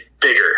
bigger